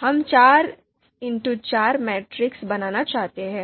हम 4x4 matrix बनाना चाहते हैं